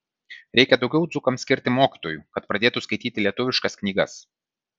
reikia daugiau dzūkams skirti mokytojų kad pradėtų skaityti lietuviškas knygas